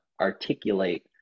articulate